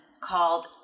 called